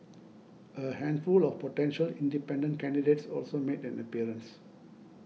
a handful of potential independent candidates also made an appearance